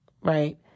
right